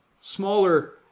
smaller